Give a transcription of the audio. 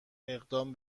اقدام